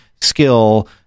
skill